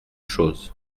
chose